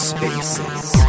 Spaces